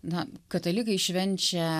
na katalikai švenčia